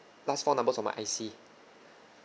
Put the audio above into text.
last four numbers of my I_C